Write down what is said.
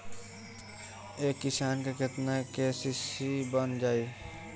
एक किसान के केतना के.सी.सी बन जाइ?